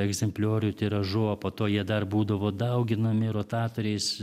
egzempliorių tiražu o po to jie dar būdavo dauginami rotatoriais